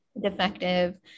defective